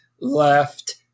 left